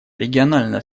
региональное